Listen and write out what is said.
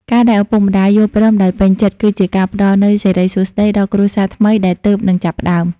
ការដែលឪពុកម្ដាយយល់ព្រមដោយពេញចិត្ត គឺជាការផ្ដល់នូវ "សិរីសួស្តី" ដល់គ្រួសារថ្មីដែលទើបនឹងចាប់ផ្តើម។